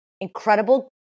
incredible